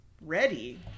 ready